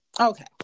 Okay